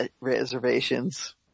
reservations